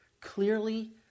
clearly